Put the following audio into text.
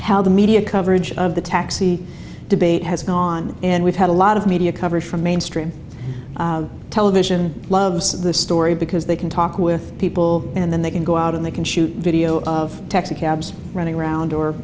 how the media coverage of the taxi debate has gone and we've had a lot of media coverage from mainstream television loves of the story because they can talk with people and then they can go out and they can shoot video of texas cabs running around or